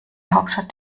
hauptstadt